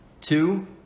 two